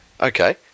okay